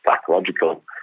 psychological